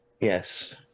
yes